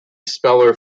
speller